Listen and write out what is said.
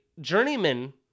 journeyman